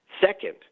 Second